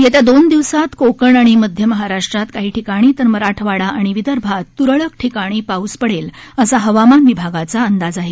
येत्या दोन दिवसांत कोकण आणि मध्य महाराष्ट्रात काही ठिकाणी तर मराठवाडा आणि विदर्भात तुरळक ठिकाणी पाऊस पडेल असा हवामान विभागाचा अंदाज आहे